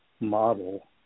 model